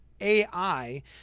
AI